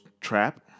Trap